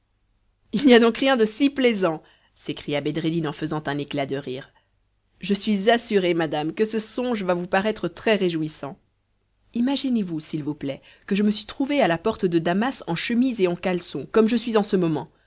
il n'y a donc rien de si plaisant s'écria bedreddin en faisant un éclat de rire je suis assuré madame que ce songe va vous paraître très réjouissant imaginez-vous s'il vous plaît que je me suis trouvé à la porte de damas en chemise et en caleçon comme je suis en ce moment